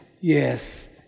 yes